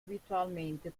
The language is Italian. abitualmente